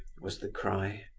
was the cry.